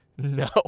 No